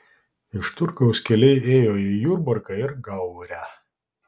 iš turgaus keliai ėjo į jurbarką ir gaurę